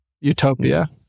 utopia